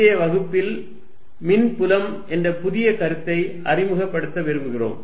இன்றைய வகுப்பில் மின்புலம் என்ற புதிய கருத்தை அறிமுகப்படுத்த விரும்புகிறோம்